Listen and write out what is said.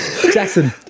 Jackson